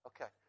Okay